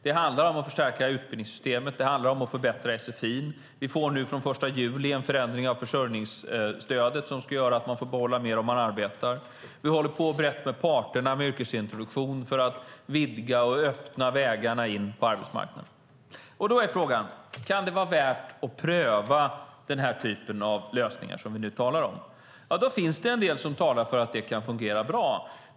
Det handlar om att förstärka utbildningssystemet. Det handlar om att förbättra sfi. Vi får från den 1 juli en förändring av försörjningsstödet som ska göra att man får behålla mer om man arbetar. Vi håller på brett med parterna med yrkesintroduktion för att vidga och öppna vägarna in på arbetsmarknaden. Då är frågan: Kan det vara värt att pröva den här typen av lösningar som vi nu talar om? Det finns en del som talar för att det kan fungera bra.